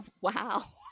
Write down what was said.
wow